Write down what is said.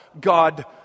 God